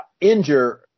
injure